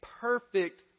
perfect